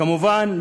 כמובן,